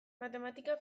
matematika